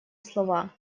слова